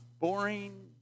boring